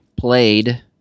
played